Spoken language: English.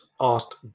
asked